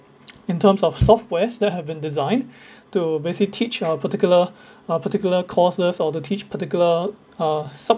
in terms of software that have been designed to basically teach our particular uh particular courses or to teach particular uh sub